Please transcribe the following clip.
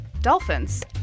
dolphins